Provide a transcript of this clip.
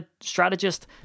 strategist